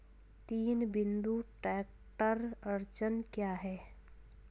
तीन बिंदु ट्रैक्टर अड़चन क्या है?